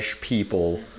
people